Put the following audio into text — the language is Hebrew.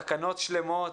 תקנות שלמות